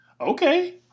okay